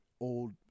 old